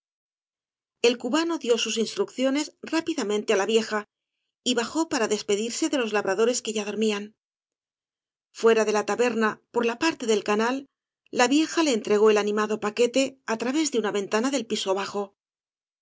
el cubano dio sus instrucciones rápidamente á la vieja y bajó para despedirse de los labradores que ya dormían fuera de la taberna por la parte del canal la vieja entregó el animado paquete á través de una ventana del piso bajo